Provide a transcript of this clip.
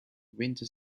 winter